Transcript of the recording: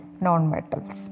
non-metals